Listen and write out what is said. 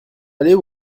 aller